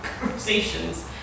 conversations